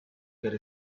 could